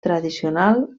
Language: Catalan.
tradicional